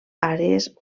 àrees